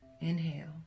Inhale